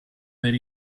per